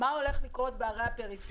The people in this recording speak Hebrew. מה הולך לקרות בערי הפריפריה?